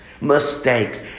mistakes